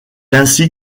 ainsi